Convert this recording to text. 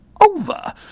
over